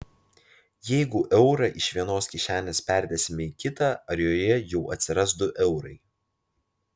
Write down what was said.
jeigu eurą iš vienos kišenės perdėsime į kitą ar joje jau atsiras du eurai